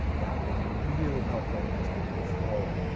that will be really helpful as we move forward.